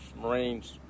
Marines